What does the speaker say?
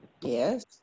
Yes